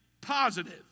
positive